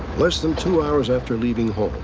less than two hours after leaving home,